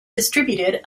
distributed